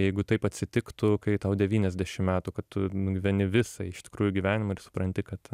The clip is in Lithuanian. jeigu taip atsitiktų kai tau devyniasdešim metų kad tu nugyveni visą iš tikrųjų gyvenimą ir supranti kad